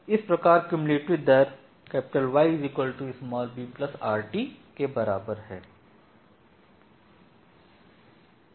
इस प्रकार क्युमुलेटिव दर Y brt के बराबर है